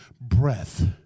breath